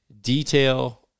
detail